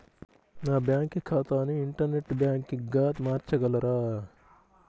నా బ్యాంక్ ఖాతాని ఇంటర్నెట్ బ్యాంకింగ్గా మార్చగలరా?